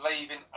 leaving